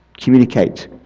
Communicate